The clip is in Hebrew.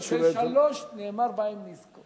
בשלושה נאמר בהם "אזכור".